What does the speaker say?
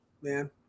Man